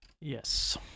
Yes